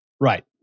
Right